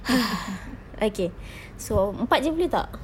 okay so empat saja boleh tak